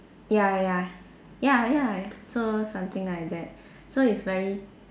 ya ya ya ya so something like that so it's very